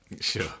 Sure